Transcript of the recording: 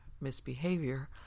misbehavior